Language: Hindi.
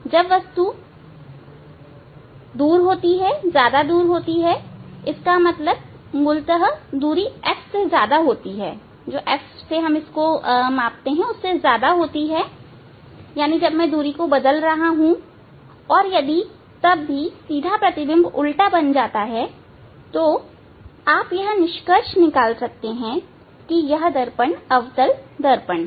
जब दूरी ज्यादा होती है इसका मतलब मूलतः दूरी f से ज्यादा होती है मैं दूरी बदल रहा हूं और यदि सीधा प्रतिबिंब उल्टा प्रतिबिंब बन जाता है तब आप यह निष्कर्ष निकाल सकते हैं कि यह दर्पण अवतल दर्पण है